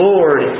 Lord